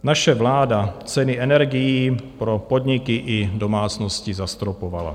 Naše vláda ceny energií pro podniky i domácnosti zastropovala.